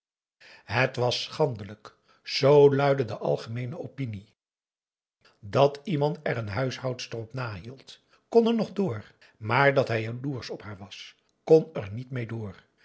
het was schandelijk z luidde de algemeene opinie dat iemand er een huishoudster op nahield kon er nog door maar dat hij jaloersch op haar was kon er niet meê door